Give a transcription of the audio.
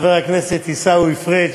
חבר הכנסת עיסאווי פריג',